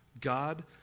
God